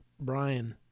Brian